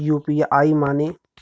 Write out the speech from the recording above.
UPI माने?